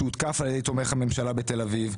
בתל אביב,